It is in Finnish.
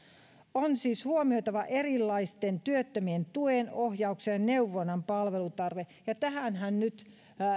on siis huomioitava erilaisten työttömien tuen ohjauksen ja neuvonnan palvelutarve ja tähänhän nyt